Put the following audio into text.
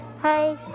Hi